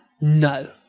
No